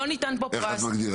לא ניתן פה פרס.